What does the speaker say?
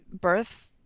birth